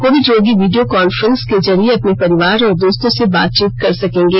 Covid रोगी video conference के जरिए अपने परिवार और दोस्तों से बातचीत कर सकेंगे